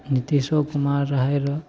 नितीशो कुमार रहै रऽ